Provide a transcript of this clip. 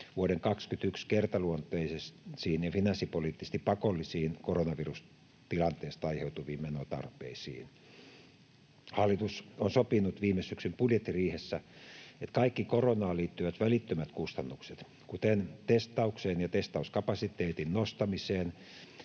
vuoden 21 kertaluonteisiin ja finanssipoliittisesti pakollisiin koronavirustilanteesta aiheutuviin menotarpeisiin. Hallitus on sopinut viime syksyn budjettiriihessä, että kaikki koronaan liittyvät välittömät kustannukset, kuten testaukseen ja testauskapasiteetin nostamiseen,